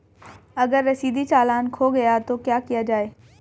अगर रसीदी चालान खो गया तो क्या किया जाए?